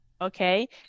okay